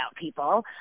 people